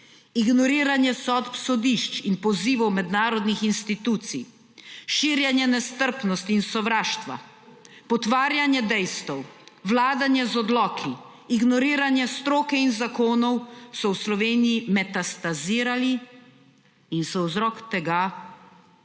ignoriranje sodb sodišč in pozivov mednarodnih institucij, širjenje nestrpnosti in sovraštva, potvarjanje dejstev, vladanje z odloki, ignoriranje strokov in zakonov so v Sloveniji metastazirali in so vzrok tega,